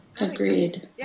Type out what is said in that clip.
Agreed